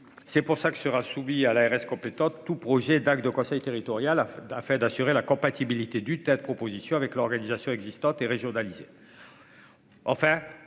C'est pour ça que sera soumis à l'ARS compétente tout projet d'acc de conseil territorial afin d'assurer la compatibilité du tête propositions avec l'organisation existante et régionalisé.